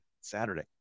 Saturday